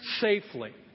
safely